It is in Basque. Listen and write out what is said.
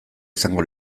izango